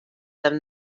them